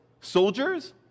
soldiers